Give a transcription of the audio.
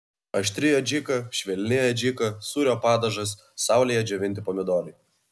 aštri adžika švelni adžika sūrio padažas saulėje džiovinti pomidorai